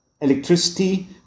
electricity